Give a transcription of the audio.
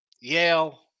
Yale